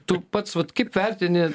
tu pats vat kaip vertini